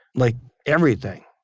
like everything.